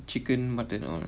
chicken mutton all